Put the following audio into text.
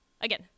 again